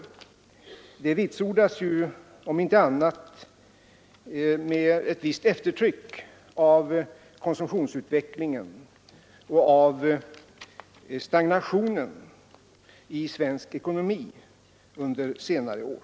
Detta vitsordas, om inte annat, med ett visst eftertryck av konsumtionsutvecklingen och av stagnationen i svensk ekonomi under senare år.